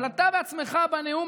אבל אתה בעצמך בנאום,